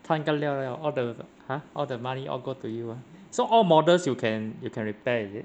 tan ka liao liao all the !huh! all the money all go to you so all models you can you can repair is it